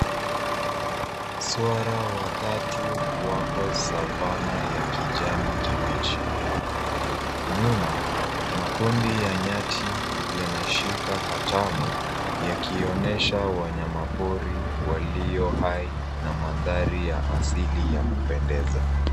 Swara watatu wako savannah ya kijani kibichi. Nyuma, makundi ya nyati, yanashika hatamu, yakionyesha wanyama pori walio hai, na mandhari ya asili ya kupendeza.